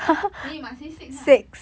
then you must say six ah